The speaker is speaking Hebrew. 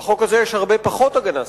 בחוק הזה יש הרבה פחות הגנה סביבתית.